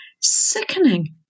Sickening